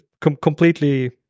completely